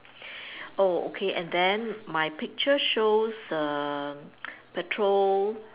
oh okay and then my picture shows the petrol